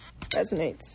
resonates